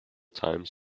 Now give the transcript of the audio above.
times